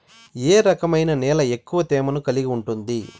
ఏ రకమైన నేల ఎక్కువ తేమను కలిగి ఉంటుంది?